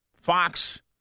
Fox